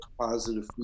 positive